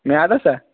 میادس ہا